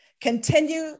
continue